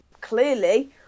clearly